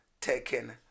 taken